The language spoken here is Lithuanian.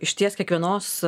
išties kiekvienos